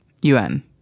UN